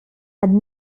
had